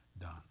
done